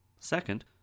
Second